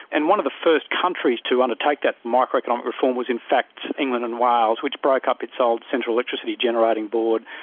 and one of the first countries to undertake that microeconomic reform was in fact england and wales which broke up its old central electricity generating board,